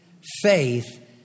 Faith